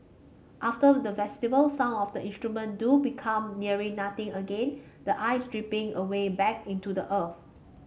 after the festival some of the instruments do become nearly nothing again the ice dripping away back into the earth